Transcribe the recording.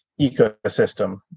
ecosystem